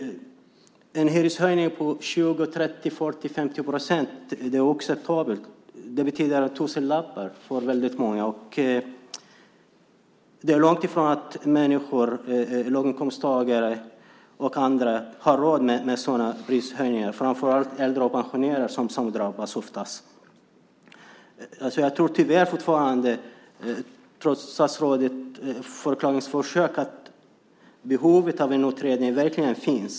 En hyreshöjning på 20-50 procent är oacceptabel. Det betyder tusenlappar för många. Det är långt ifrån låginkomsttagare och andra har råd med sådana hyreshöjningar. Oftast är det pensionärer som drabbas. Trots statsrådets försök till förklaring tror jag, tyvärr, fortfarande att behovet av en utredning verkligen finns.